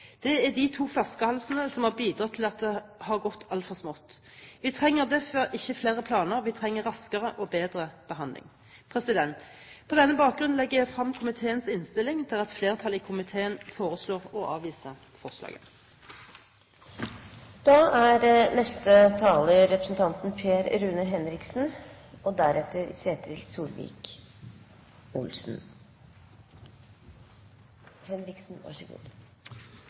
Det er de to flaskehalsene som har bidratt til at det har gått altfor smått. Vi trenger derfor ikke flere planer. Vi trenger raskere og bedre behandling. På denne bakgrunn anbefaler jeg komiteens innstilling, der et flertall i komiteen foreslår å avvise